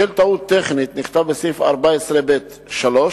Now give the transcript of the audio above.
בשל טעות טכנית, נכתב בסעיף 14ב(3)